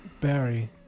Barry